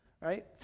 Right